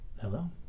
hello